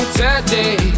today